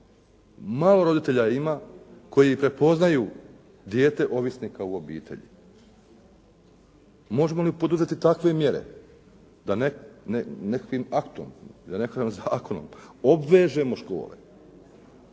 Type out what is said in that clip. Malo roditelja ima koji prepoznaju dijete ovisnika u obitelji. Možemo li poduzeti takve mjere da nekakvim aktom, da nekakvim zakonom obvežemo škole